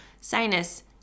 sinus